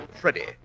Freddie